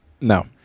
No